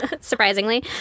Surprisingly